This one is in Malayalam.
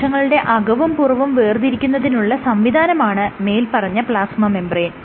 കോശങ്ങളുടെ അകവും പുറവും വേർതിരിക്കുന്നതിനുള്ള സംവിധാനമാണ് മേല്പറഞ്ഞ പ്ലാസ്മ മെംബ്രേയ്ൻ